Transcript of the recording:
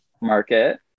market